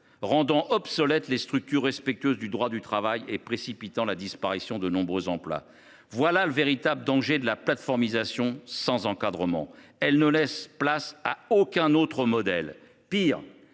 rendant obsolètes les structures respectueuses du droit du travail et précipitant la disparition de nombreux emplois. Voilà le véritable danger de la plateformisation sans encadrement : elle ne laisse place à aucun autre modèle. Pis,